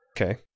Okay